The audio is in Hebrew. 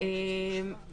אבל